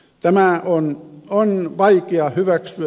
tätä on vaikea hyväksyä ja ymmärtää